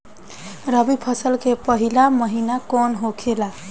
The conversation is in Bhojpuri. रबी फसल के पहिला महिना कौन होखे ला?